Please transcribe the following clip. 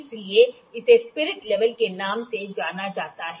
इसलिए इसे spirit level के नाम से जाना जाता है